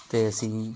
ਅਤੇ ਅਸੀਂ